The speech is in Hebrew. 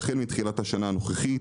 והחל מתחילת השנה הנוכחית,